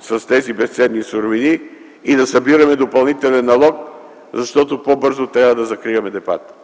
с тези безценни суровини, и да събираме допълнителен налог, защото по-бързо трябва да закриваме депата.